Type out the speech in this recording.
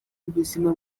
ubuzima